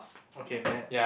okay met